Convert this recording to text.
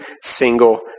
single